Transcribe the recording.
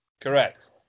Correct